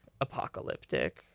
apocalyptic